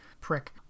prick